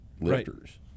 lifters